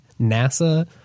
nasa